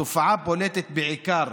התופעה בולטת בעיקר